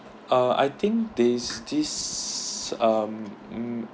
uh I think this this um mm